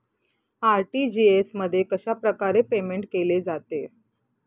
RTGS मध्ये कशाप्रकारे payment केले जाते?